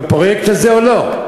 הן בפרויקט הזה או לא?